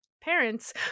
parents